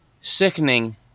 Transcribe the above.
sickening